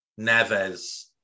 Neves